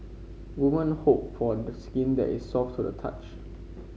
women hope for skin that is soft to the touch